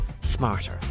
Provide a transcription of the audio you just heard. smarter